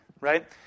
right